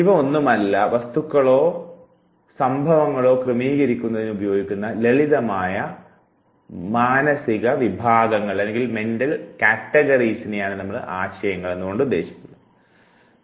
ഇവ ഒന്നുമല്ല വസ്തുക്കളോ സംഭവങ്ങളോ ക്രമീകരിക്കുന്നതിന് ഉപയോഗിക്കുന്ന ലളിതമായ മാനസിക വിഭാഗങ്ങലാകുന്നു ഇവ